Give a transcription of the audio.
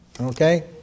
okay